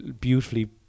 beautifully